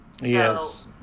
Yes